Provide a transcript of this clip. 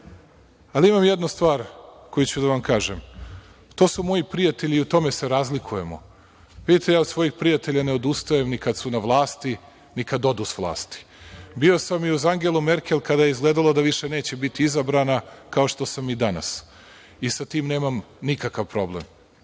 pitanju. Imam jednu stvar koju ću da vam kažem. To su moji prijatelju i u tome se razlikujemo. Vidite, ja od svojih prijatelja ne odustajem ni kada su na vlasti, ni kada odu sa vlasti. Bio sam i uz Angelu Merkel kada je izgledalo da više neće biti izabrana, kao što sam i danas i sa tim nemam nikakav problem.